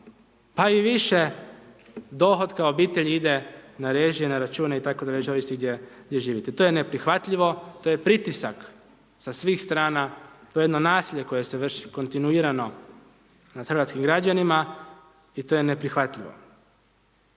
pa i više dohotka obitelji ide na režije, račune itd., već zavisi gdje živite. To je neprihvatljivo, to je pritisak sa svih strana, to je jedno nasilje koje se vrši kontinuirano nad hrvatskih građanima i to je neprihvatljivo.